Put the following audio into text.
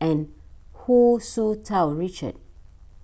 and Hu Tsu Tau Richard